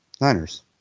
Niners